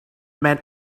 man